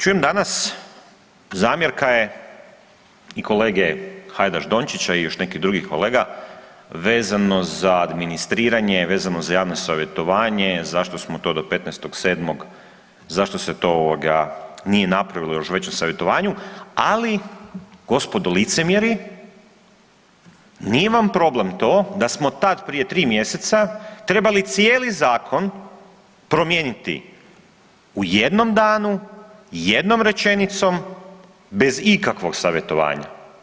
Čujem danas zamjerka je i kolege Hajdaš Dončića i još nekih drugih kolega vezano za administriranje, vezano za javno savjetovanje zašto smo to do 15.7., zašto se to nije napravilo još već u savjetovanju, ali gospodo licemjeri nije vam problem to da smo tad prije tri mjeseca trebali cijeli zakon promijeniti u jednom danu, jednom rečenicom bez ikakvog savjetovanja.